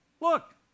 look